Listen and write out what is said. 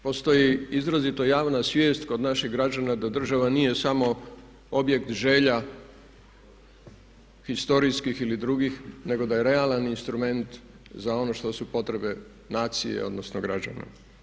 Postoji izrazito javna svijest kod naših građana da država nije samo objekt želja povijesnih ili drugih nego da je realan instrument za ono što su potrebe nacije odnosno građana.